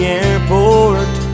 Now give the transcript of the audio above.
airport